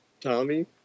Tommy